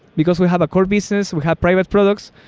because we have a core business. we have private products,